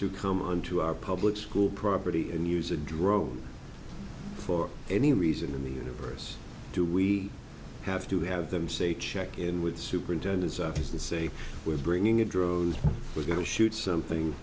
to come onto our public school property and use a drone for any reason in the universe do we have to have them say check in with the superintendent's office and say we're bringing a drone we're going to shoot something